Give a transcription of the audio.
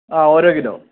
ആ ഓരോ കിലോ